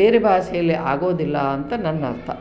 ಬೇರೆ ಭಾಷೆಯಲ್ಲಿ ಆಗೋದಿಲ್ಲ ಅಂತ ನನ್ನರ್ಥ